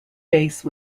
base